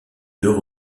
deux